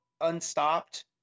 Unstopped